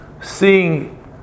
seeing